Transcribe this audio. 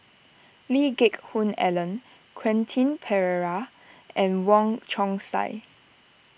Lee Geck Hoon Ellen Quentin Pereira and Wong Chong Sai